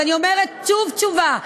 אז אני אומרת שוב את התשובה: